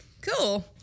Cool